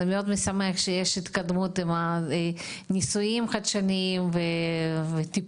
מאוד משמח שיש התקדמות עם הניסויים החדשנים וטיפול,